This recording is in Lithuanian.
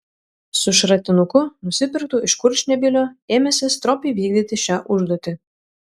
su šratinuku nusipirktu iš kurčnebylio ėmėsi stropiai vykdyti šią užduotį